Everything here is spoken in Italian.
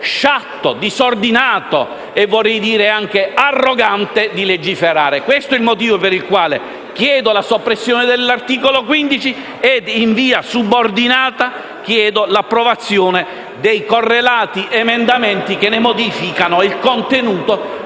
sciatto, disordinato e anche arrogante di legiferare. Questo è il motivo per il quale chiedo la soppressione dell'articolo 15 e, in via subordinata, chiedo l'approvazione dei correlati emendamenti che ne modificano il contenuto,